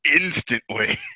instantly